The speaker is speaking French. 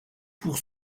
pour